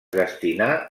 destinà